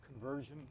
conversion